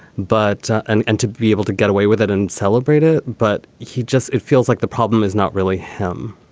but and and to be able to get away with it and celebrate it. but he just it feels like the problem is not really him